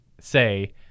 say